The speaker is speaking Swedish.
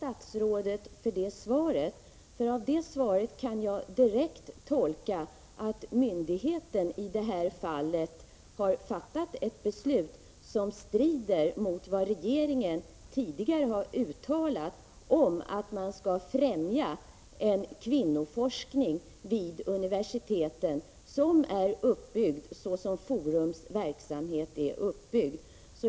Herr talman! Jag tackar för det svaret. Jag tolkar det som att det i det här fallet är myndigheten som har fattat ett beslut som strider mot vad regeringen tidigare har uttalat, dvs. att man skall främja en kvinnoforskning vid universiteten som är uppbyggd såsom Forums verksamhet.